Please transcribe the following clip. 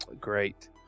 Great